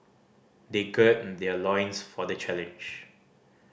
they gird their loins for the challenge